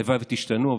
הלוואי שתשתנו,